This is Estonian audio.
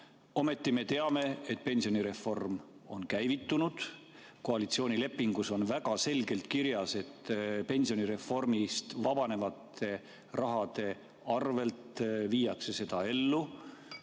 Ometi me teame, et pensionireform on käivitunud, koalitsioonilepingus on väga selgelt kirjas, et pensionireformist vabanevate rahade arvel viiakse seda ellu.